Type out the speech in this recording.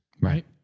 Right